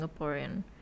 Singaporean